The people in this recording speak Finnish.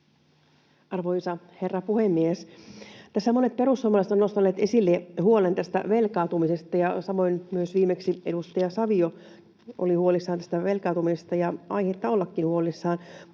Arvoisa herra puhemies! Tässä monet perussuomalaiset ovat nostaneet esille huolen velkaantumisesta, ja samoin myös viimeksi edustaja Savio oli huolissaan tästä velkaantumisesta, ja onkin aihetta olla huolissaan.